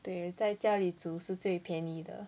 对在家里煮是最便宜的